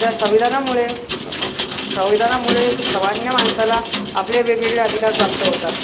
तर संविधानामुळे संविधानामुळे सामान्य माणसाला आपले वेगवेगळे अधिकार प्राप्त होतात